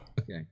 Okay